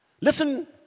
Listen